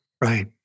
Right